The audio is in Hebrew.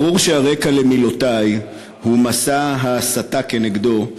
ברור שהרקע למילותי הוא מסע ההסתה נגדו,